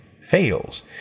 fails